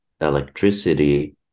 electricity